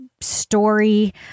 story